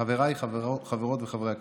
חברות וחברי הכנסת,